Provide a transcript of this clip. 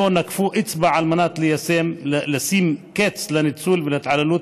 נקפו אצבע על מנת לשים לקץ לניצול ולהתעללות